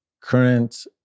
current